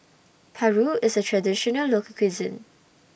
Paru IS A Traditional Local Cuisine